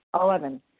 Eleven